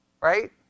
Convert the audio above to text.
Right